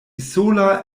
sola